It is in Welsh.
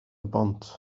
bont